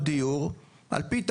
אני אומר,